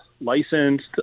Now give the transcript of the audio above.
licensed